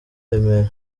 remera